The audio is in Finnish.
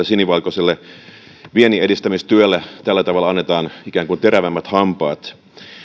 sinivalkoiselle vienninedistämistyölle tällä tavalla annetaan ikään kuin terävämmät hampaat